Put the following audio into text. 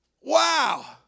Wow